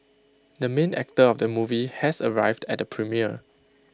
the main actor of the movie has arrived at the premiere